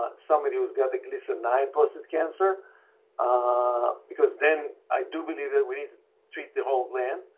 but somebody who's got a gleason nine prostate cancer because then i do believe that we need to treat the whole gland.